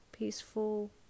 peaceful